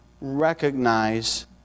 recognize